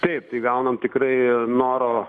taip tai gaunam tikrai noro